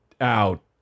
out